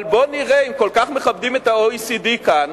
אבל בואו ונראה, אם כל כך מכבדים את ה-OECD כאן,